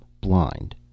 blind